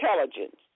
intelligence